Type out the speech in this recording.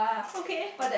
okay